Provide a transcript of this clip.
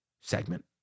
segment